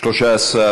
רואי-חשבון (תיקון מס' 9),